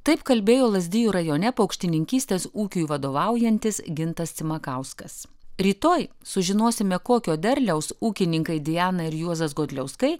taip kalbėjo lazdijų rajone paukštininkystės ūkiui vadovaujantis gintas cimakauskas rytoj sužinosime kokio derliaus ūkininkai diana ir juozas godliauskai